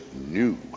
new